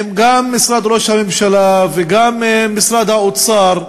גם עם משרד ראש הממשלה וגם עם משרד האוצר,